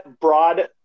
broad